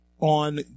on